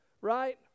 right